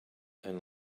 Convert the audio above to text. and